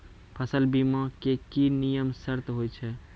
फसल बीमा के की नियम सर्त होय छै?